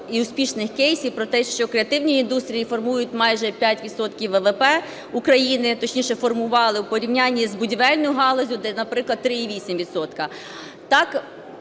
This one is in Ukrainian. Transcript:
і успішних кейсів про те, що креативні індустрії формують майже 5 відсотків ВВП України, точніше формували, в порівнянні з будівельною галуззю, де, наприклад, 3,8